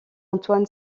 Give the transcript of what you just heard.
antoine